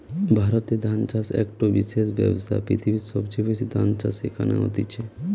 ভারতে ধান চাষ একটো বিশেষ ব্যবসা, পৃথিবীর সবচেয়ে বেশি ধান চাষ এখানে হতিছে